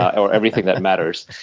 or everything that matters.